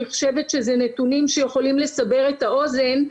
אני חושבת שזה נתונים שיכולים לסבר את האוזן.